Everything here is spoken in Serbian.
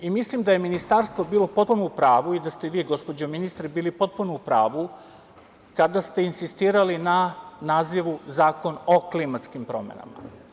Mislim da je Ministarstvo bilo potpuno u pravu i da ste vi, gospođo ministre, bili potpuno u pravu kada ste insistirali na nazivu – Zakon o klimatskim promenama.